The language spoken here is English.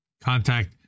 contact